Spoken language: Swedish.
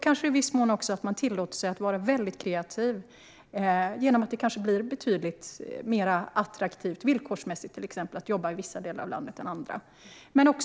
Kanske kan man också i viss mån tillåta sig att vara kreativ genom att göra det betydligt mer attraktivt, till exempel villkorsmässigt, att jobba i vissa delar av landet än vad det är i andra delar.